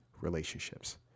relationships